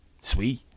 sweet